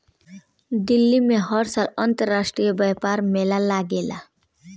दिल्ली में हर साल अंतरराष्ट्रीय व्यापार मेला लागेला